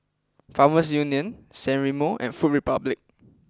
Farmers Union San Remo and Food Republic